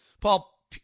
Paul